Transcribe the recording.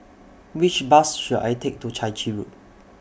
Which Bus should I Take to Chai Chee Road